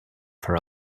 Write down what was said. her